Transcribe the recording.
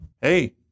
Hey